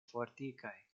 fortikaj